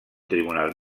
tribunal